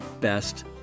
best